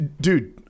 Dude